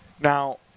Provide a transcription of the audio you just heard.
Now